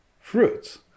fruits